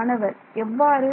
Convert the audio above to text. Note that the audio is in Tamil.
மாணவர் எவ்வாறு